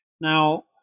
Now